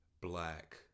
black